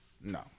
No